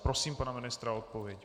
Prosím pana ministra o odpověď.